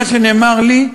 מה שנאמר לי,